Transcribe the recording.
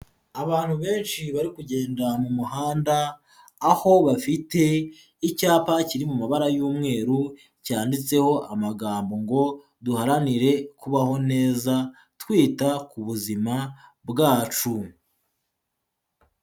Abantu benshi bari kugenda mu muhanda aho bafite icyapa kiri mu mabara y'umweru cyanditseho amagambo ngo duharanire kubaho neza twita ku buzima bwacu.